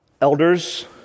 elders